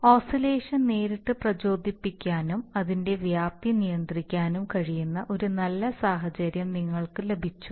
oscillation നേരിട്ട് പ്രചോദിപ്പിക്കാനും അതിന്റെ വ്യാപ്തി നിയന്ത്രിക്കാനും കഴിയുന്ന ഒരു നല്ല സാഹചര്യം നിങ്ങൾക്ക് ലഭിച്ചു